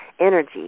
energy